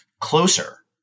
closer